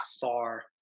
far